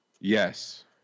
Yes